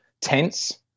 tense